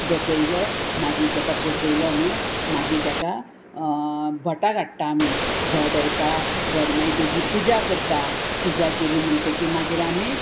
बसयलो मागीर ताका बसयलो न्हू मागीर ताका भटाक हाडटा आमी भट येता भट मागीर तेजी पुजा करता पुजा केली म्हणटकी मागीर आमी